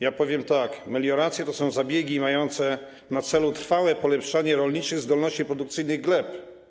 Ja powiem tak: melioracje to są zabiegi mające na celu trwałe polepszanie rolniczych zdolności produkcyjnych gleb.